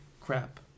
crap